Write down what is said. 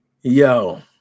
Yo